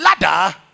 ladder